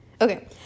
okay